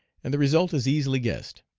and the result is easily guessed.